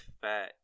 fat